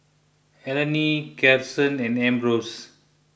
Elayne Karson and Ambrose